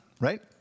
right